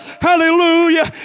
Hallelujah